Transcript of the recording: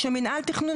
כשמינהל תכנון,